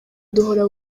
duhora